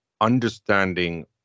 understanding